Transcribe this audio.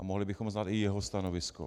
A mohli bychom znát i jeho stanovisko.